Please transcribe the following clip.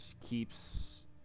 keeps